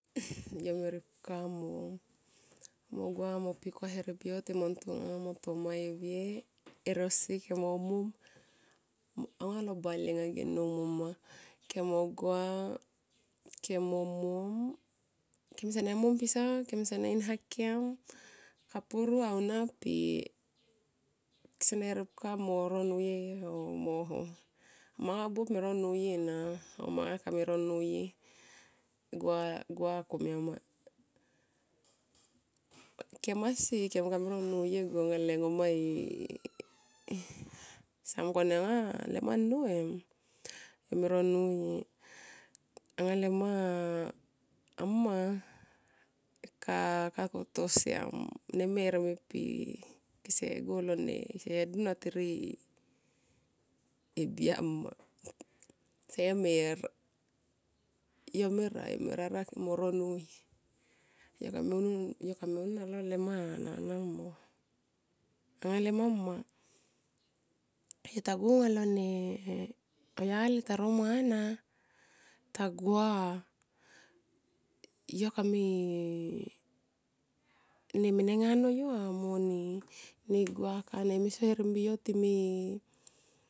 yo mo ripka amo yomo gua mo pikua herbiyo timo ntonga ma tomae e uye e rosi kem mo mona aunga lo bale anga ge nnou mo mma. Kemo gua kemo mom kemsene mom pisa kemsene inha kem kapuru aunia per kemsene ripka mo ro nuye o mo ho manga buop me ro nuye na mo manga kame ro nuye. Gua, gua komiamo. Kemasi kem kame ro nuye go anga le ngoma sa mungkone anga le ngoma nnou em yo me ro nuye. Anga le ngoma mma ka me to siam ne mer me pi. Ki se go lone, se dun atorone e biam ma se mer. Yo me ra yome rara mo nuye. Yo kame unun anga le ngoma a nana, angalo ngoma mma. Yo go ngalo lone, auyali yo taro mana ta gua yo kame ne menenga no yo mone gua kain anga yo me so herbiyo.